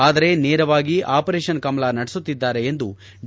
ಆದರೆ ನೇರವಾಗಿ ಆಪರೇಷನ್ ಕಮಲ ನಡೆಸುತ್ತಿದ್ದಾರೆ ಎಂದು ಡಿ